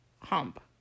hump